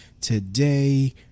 today